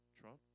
Trump